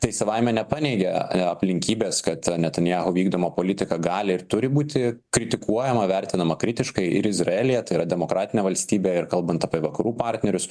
tai savaime nepaneigia aplinkybės kad netanjahu vykdoma politika gali ir turi būti kritikuojama vertinama kritiškai ir izraelyje tai yra demokratinė valstybė ir kalbant apie vakarų partnerius